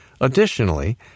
Additionally